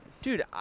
Dude